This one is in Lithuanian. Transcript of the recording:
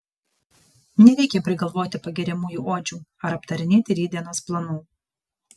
nereikia prigalvoti pagiriamųjų odžių ar aptarinėti rytdienos planų